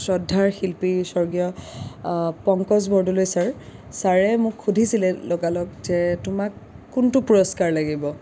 শ্ৰদ্ধাৰ শিল্পী স্বৰ্গীয় পংকজ বৰদলৈ চাৰ চাৰে মোক সুধিছিলে লগালগ যে তোমাক কোনটো পুৰষ্কাৰ লাগিব